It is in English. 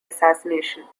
assassination